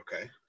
Okay